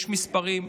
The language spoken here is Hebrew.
יש מספרים,